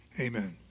amen